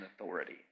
Authority